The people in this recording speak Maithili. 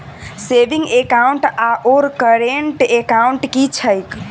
सेविंग एकाउन्ट आओर करेन्ट एकाउन्ट की छैक?